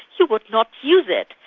you would not use it.